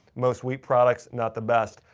most wheat products not the best.